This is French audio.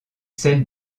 celle